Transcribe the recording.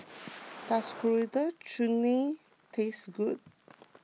does Coriander Chutney taste good